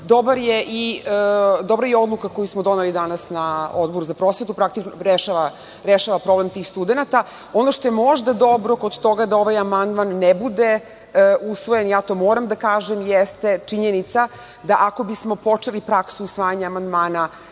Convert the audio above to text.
dobra je i odluka koju smo doneli danas na Odboru za prosvetu, rešava problem tih studenata. Ono što je možda dobro kod toga da ovaj amandman ne bude usvojen, ja to moram da kažem, jeste činjenica da ako bismo počeli praksu usvajanja amandmana